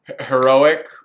heroic